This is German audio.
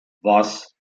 was